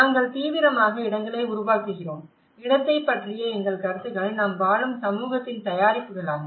நாங்கள் தீவிரமாக இடங்களை உருவாக்குகிறோம் இடத்தைப் பற்றிய எங்கள் கருத்துக்கள் நாம் வாழும் சமூகத்தின் தயாரிப்புகளாகும்